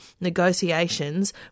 negotiations